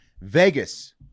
Vegas